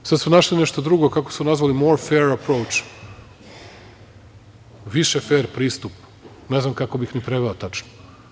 Sad su našli nešto drugo, kako su nazvali more fere approach - više fer pristup, ne znam ni kako bih preveo tu reč tačno.